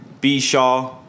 B-Shaw